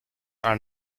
are